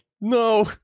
no